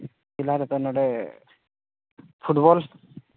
ᱡᱮᱞᱟ ᱨᱮᱫᱚ ᱱᱚᱰᱮ ᱯᱷᱩᱴᱵᱚᱞ